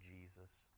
Jesus